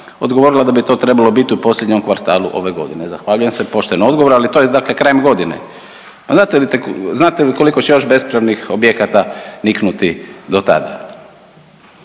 odgovorila je da bi to trebalo biti u posljednjem kvartalu ove godine. Zahvaljujem se. Poštujem odgovor, ali to je dakle krajem godine. Znate li koliko će još bespravnih objekata niknuti do tada?